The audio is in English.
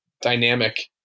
dynamic